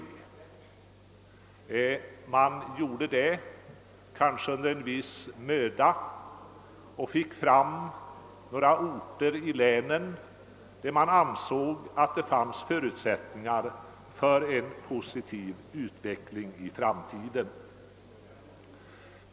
Denna gradering utfördes också, måhända med en viss möda, och man fick på så sätt fram några orter i länet där man ansåg förutsättningar finnas för en framtida positiv utveckling.